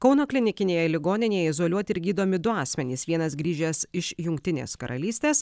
kauno klinikinėje ligoninėj izoliuoti ir gydomi du asmenys vienas grįžęs iš jungtinės karalystės